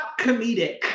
comedic